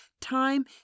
time